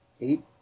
eight